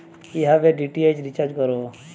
কিভাবে DTH recharge করব?